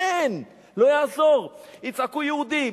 אין, לא יעזור, יצעקו יהודים.